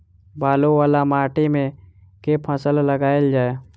बालू वला माटि मे केँ फसल लगाएल जाए?